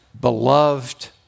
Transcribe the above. beloved